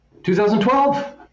2012